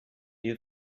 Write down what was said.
you